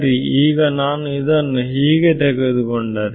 ಸರಿ ಈಗ ನಾನು ಇದನ್ನು ಹೀಗೆ ತೆಗೆದುಕೊಂಡರೆ